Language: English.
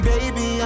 Baby